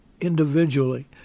individually